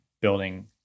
building